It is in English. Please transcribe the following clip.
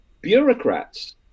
bureaucrats